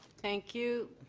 thank you.